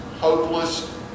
hopeless